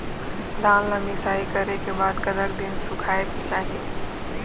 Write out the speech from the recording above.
धान ला मिसाई करे के बाद कतक दिन सुखायेक चाही?